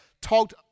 talked